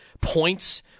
points